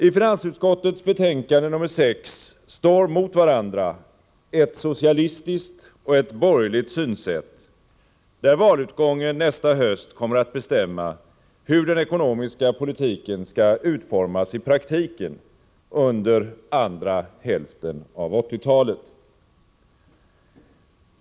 I finansutskottets betänkande nr 6 står mot varandra ett socialistiskt och ett borgerligt synsätt, där valutgången nästa höst kommer att bestämma hur den ekonomiska politiken skall utformas i praktiken under andra hälften av 1980-talet.